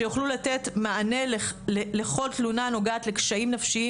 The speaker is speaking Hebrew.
שיוכלו לתת מענה לכל תלונה הנוגעת לקשיים נפשיים